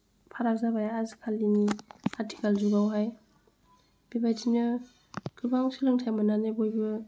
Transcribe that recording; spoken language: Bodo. फारा जाबाय आजिखालि आथिखाल जुगावहाय बिबादिनो गोबां सोलोंथाइ मोननानै बयबो